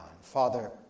Father